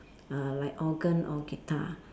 uh like organ or guitar